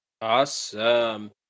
Awesome